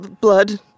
Blood